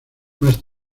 más